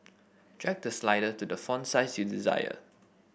drag the slider to the font size you desire